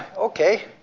okay,